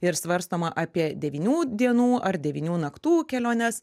ir svarstoma apie devynių dienų ar devynių naktų keliones